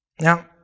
Now